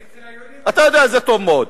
אצל היהודים, אתה יודע את זה טוב מאוד.